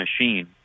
machine